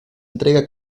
entrega